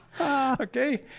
Okay